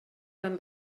dann